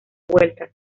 vueltas